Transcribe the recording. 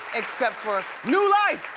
except for new life,